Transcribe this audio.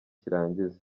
cy’irangiza